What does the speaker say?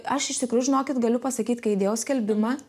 aš iš tikrųjų žinokit galiu pasakyt kai įdėjau skelbimą